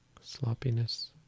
sloppiness